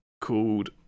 called